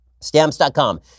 Stamps.com